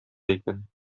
икән